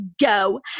go